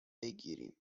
بگیریم